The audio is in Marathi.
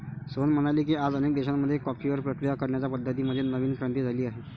सोहन म्हणाले की, आज अनेक देशांमध्ये कॉफीवर प्रक्रिया करण्याच्या पद्धतीं मध्ये नवीन क्रांती झाली आहे